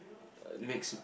makes